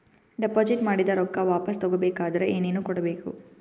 Deposit ಮಾಡಿದ ರೊಕ್ಕ ವಾಪಸ್ ತಗೊಬೇಕಾದ್ರ ಏನೇನು ಕೊಡಬೇಕು?